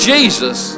Jesus